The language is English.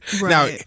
Now